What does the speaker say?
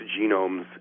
genomes